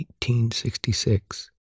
1866